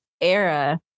era